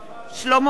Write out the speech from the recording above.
שלמה מולה,